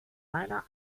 leider